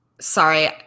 Sorry